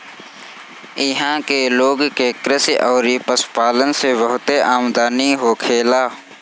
इहां के लोग के कृषि अउरी पशुपालन से बहुते आमदनी होखेला